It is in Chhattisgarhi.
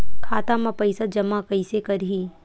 खाता म पईसा जमा कइसे करही?